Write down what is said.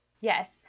Yes